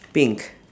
pink